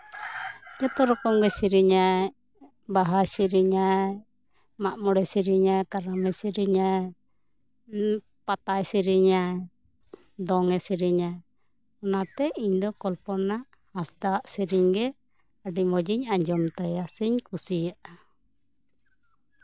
ᱡᱚᱛᱚ ᱨᱚᱠᱚᱢ ᱜᱮᱭ ᱥᱮᱨᱮᱧᱟ ᱵᱟᱦᱟ ᱥᱮᱨᱮᱧᱟ ᱢᱟᱜ ᱢᱚᱬᱮ ᱥᱮᱨᱮᱧᱟ ᱠᱟᱨᱟᱢᱮ ᱥᱮᱨᱮᱧᱟ ᱯᱟᱛᱟᱭ ᱥᱮᱨᱮᱧᱟ ᱫᱚᱝᱮ ᱥᱮᱨᱮᱧᱟ ᱚᱱᱟᱛᱮ ᱤᱧᱫᱚ ᱠᱚᱞᱯᱚᱱᱟ ᱦᱟᱸᱥᱫᱟ ᱟᱜ ᱥᱮᱨᱮᱧ ᱜᱮ ᱟᱹᱰᱤ ᱢᱚᱸᱡᱤᱧ ᱟᱸᱡᱚᱢ ᱛᱟᱭᱟ ᱥᱮᱧ ᱠᱩᱥᱤᱭᱟᱜᱼᱟ